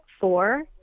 four